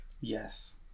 Yes